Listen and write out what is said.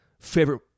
favorite